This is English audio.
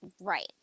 Right